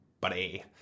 buddy